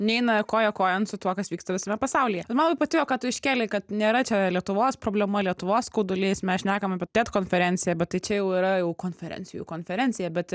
neina koja kojon su tuo kas vyksta visame pasaulyje man labai patiko kad tu iškėlei kad nėra čia lietuvos problema lietuvos skaudulys mes šnekam apie ted konferenciją bet tai čia jau yra jau konferencijų konferencija bet